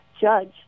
judge